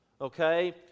okay